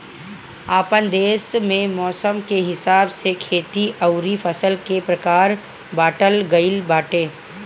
आपन देस में मौसम के हिसाब से खेती अउरी फसल के प्रकार बाँटल गइल बाटे